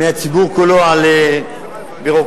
מהציבור כולו על ביורוקרטיה,